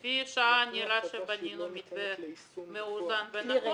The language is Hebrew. לפי שעה נראה שבנינו מתווה מאוזן ונכון.